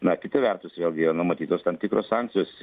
na kita vertus vėlgi yra numatytos tam tikros sankcijos